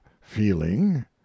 feeling